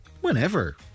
Whenever